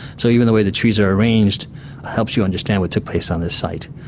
so even the way the trees are arranged helps you understand what took place on this site.